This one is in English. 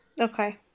Okay